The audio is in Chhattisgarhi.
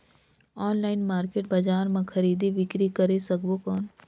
ऑनलाइन मार्केट बजार मां खरीदी बीकरी करे सकबो कौन?